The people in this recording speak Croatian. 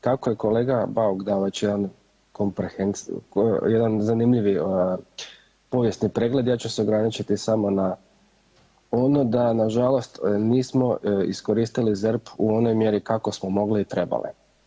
Kako je kolega Bauk dao već jedan … [[Govornik se ne razumije]] jedan zanimljivi povijesni pregled, ja ću se ograničiti samo na ono da nažalost nismo iskoristili ZERP u onoj mjeri kako smo mogli i trebali.